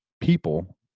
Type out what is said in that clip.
people